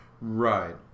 Right